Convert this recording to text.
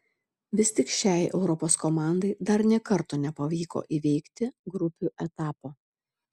vis tik šiai europos komandai dar nė karto nepavyko įveikti grupių etapo